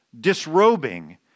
disrobing